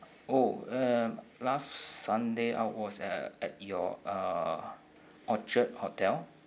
oh uh last sunday I was at at your uh orchard hotel